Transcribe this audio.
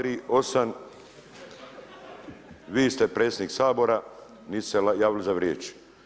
238. vi ste predsjednik Sabora niste se javili za riječ.